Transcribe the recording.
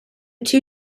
two